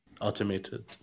automated